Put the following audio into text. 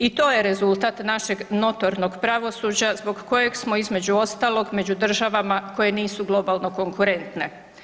I to je rezultat našeg notornog pravosuđa zbog kojeg smo između ostalog među državama koje nisu globalno konkurentne.